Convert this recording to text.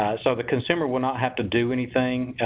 so the consumer will not have to do anything.